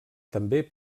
també